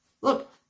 look